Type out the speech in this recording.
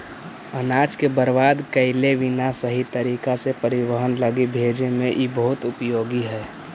अनाज के बर्बाद कैले बिना सही तरीका से परिवहन लगी भेजे में इ बहुत उपयोगी हई